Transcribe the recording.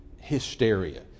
hysteria